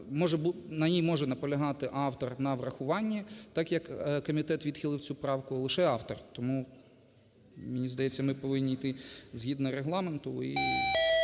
на ній може наполягати автор на врахуванні, так як комітет відхилив цю правку, лише автор. Тому, мені здається, ми повинні йти згідно Регламенту,